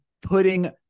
putting